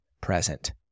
present